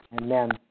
Amen